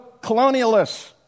colonialists